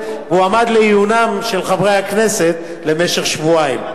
והועמד לעיונם של חברי הכנסת למשך שבועיים.